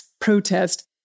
protest